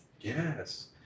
Yes